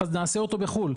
נעשה אותה בחו"ל.